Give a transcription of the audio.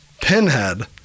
Pinhead